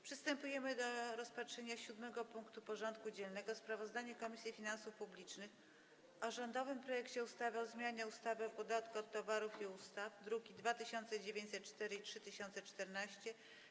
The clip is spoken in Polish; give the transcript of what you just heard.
Przystępujemy do rozpatrzenia punktu 7. porządku dziennego: Sprawozdanie Komisji Finansów Publicznych o rządowym projekcie ustawy o zmianie ustawy o podatku od towarów i usług (druki nr 2904 i 3014)